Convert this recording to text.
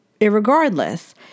irregardless